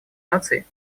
наций